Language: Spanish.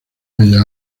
bellas